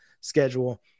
schedule